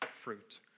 fruit